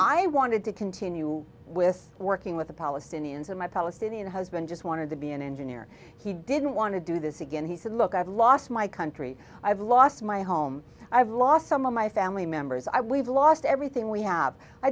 i wanted to continue with working with the palestinians and my palestinian husband just wanted to be an engineer he didn't want to do this again he said look i've lost my country i've lost my home i've lost some of my family members i we've lost everything we have i